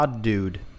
dude